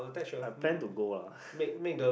I plan to go lah